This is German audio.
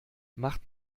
macht